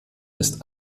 ist